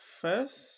first